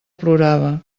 plorava